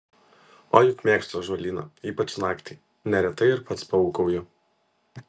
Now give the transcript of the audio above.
o juk mėgstu ąžuolyną ypač naktį neretai ir pats paūkauju